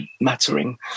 mattering